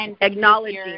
acknowledging